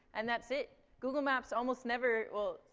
and that's it. google maps almost never well,